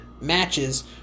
matches